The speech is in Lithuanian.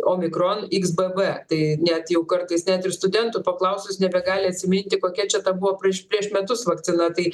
o mikron iks bb tai net jau kartais net ir studentų paklausus nebegali atsiminti kokia čia ta buvo prieš prieš metus vakciną tai